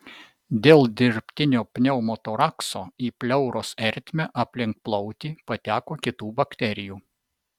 dėl dirbtinio pneumotorakso į pleuros ertmę aplink plautį pateko kitų bakterijų